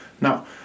Now